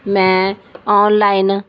ਮੈਂ ਔਨਲਾਈਨ